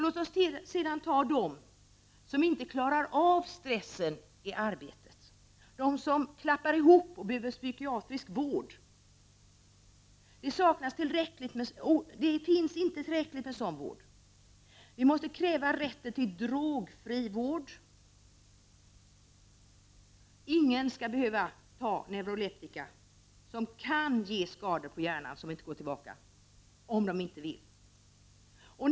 Låt oss sedan tala om dem som inte klarar av stressen i arbetet, dem som klappar ihop och behöver psykiatrisk vård. Det finns inte tillräckligt med sådan vård. Vi måste kräva rätten till drogfri vård. Ingen skall behöva ta neuroleptika, som kan ge skador på hjärnan som inte går tillbaka, om man inte vill.